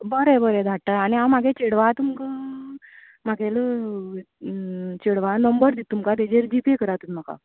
बरें बरें धाडटा आनी हांव म्हागे चेडवा तुमकां म्हागेलो चेडवा नंबर दितां तुमका तेजेर जी पे करा तुमी म्हाका